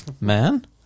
man